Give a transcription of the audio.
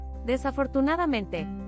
Desafortunadamente